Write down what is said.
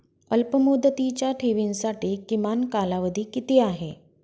अल्पमुदतीच्या ठेवींसाठी किमान कालावधी किती आहे?